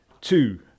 two